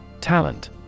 Talent